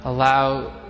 Allow